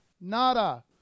Nada